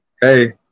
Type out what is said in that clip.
Hey